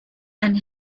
and